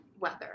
weather